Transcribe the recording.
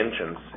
engines